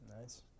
Nice